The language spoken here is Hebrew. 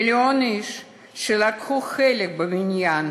מיליון איש, שלקחו חלק בבניין